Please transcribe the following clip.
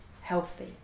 healthy